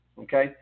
okay